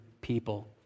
people